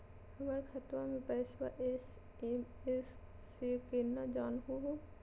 हमर खतवा के पैसवा एस.एम.एस स केना जानहु हो?